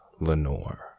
Lenore